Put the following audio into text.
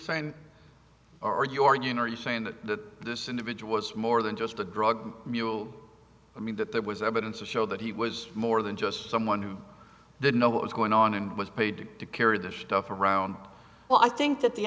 saying are you are you know are you saying that this individual was more than just a drug mule i mean that there was evidence to show that he was more than just someone who didn't know what was going on and was paid to carry this stuff around well i think that the